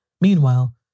Meanwhile